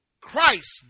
Christ